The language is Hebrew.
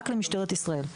רק למשטרת ישראל.